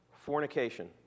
Fornication